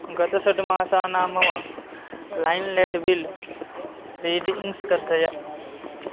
गतषड् मासानां मम landline bill readings दर्शय